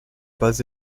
pas